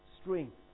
strength